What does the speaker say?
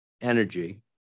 energy